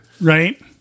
right